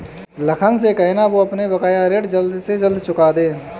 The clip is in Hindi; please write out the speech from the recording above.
लखन से कहना, वो अपना बकाया ऋण जल्द से जल्द चुका दे